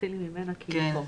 נתחיל ממנה כי היא נמצאת כאן.